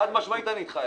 חד-משמעית אני איתך.